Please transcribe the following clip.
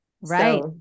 Right